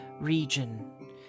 region